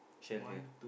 shell here